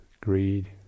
greed